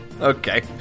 Okay